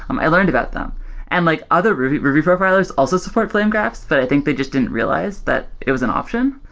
um i learned about. and like other ruby ruby profilers also support flame graphs, but i think they just didn't realize that it was an option.